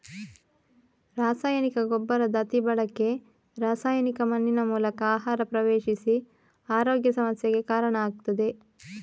ರಾಸಾಯನಿಕ ಗೊಬ್ಬರದ ಅತಿ ಬಳಕೆ ರಾಸಾಯನಿಕ ಮಣ್ಣಿನ ಮೂಲಕ ಆಹಾರ ಪ್ರವೇಶಿಸಿ ಆರೋಗ್ಯ ಸಮಸ್ಯೆಗೆ ಕಾರಣ ಆಗ್ತದೆ